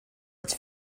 its